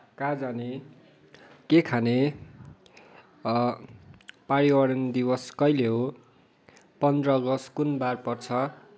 कहाँ जाने के खाने पर्यावरण दिवस कहिले हो पन्ध्र अगस्त कुन बार पर्छ